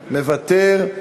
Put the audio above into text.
מוותר.